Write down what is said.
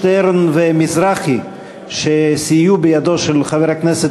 שטרן ומזרחי שסייעו בידו של חבר הכנסת